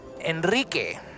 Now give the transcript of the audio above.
Enrique